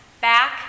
back